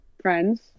friends